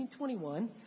1921